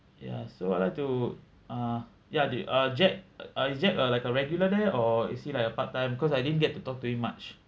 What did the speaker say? ya so I like to uh ya the uh jack uh is jack uh like a regular there or is he like a part time cause I didn't get to talk to him much